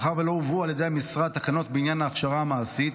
מאחר שלא הובאו על ידי המשרד תקנות בעניין ההכשרה המעשית,